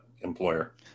employer